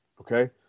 okay